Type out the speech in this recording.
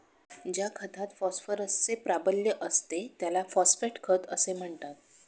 ज्या खतात फॉस्फरसचे प्राबल्य असते त्याला फॉस्फेट खत असे म्हणतात